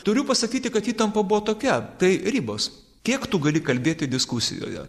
turiu pasakyti kad įtampa buvo tokia tai ribos kiek tu gali kalbėti diskusijoje